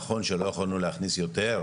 נכון שלא יכולנו להכניס יותר,